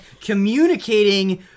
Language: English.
communicating